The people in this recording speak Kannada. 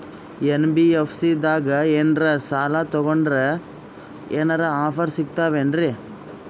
ಎನ್.ಬಿ.ಎಫ್.ಸಿ ದಾಗ ಏನ್ರ ಸಾಲ ತೊಗೊಂಡ್ನಂದರ ಏನರ ಆಫರ್ ಸಿಗ್ತಾವೇನ್ರಿ?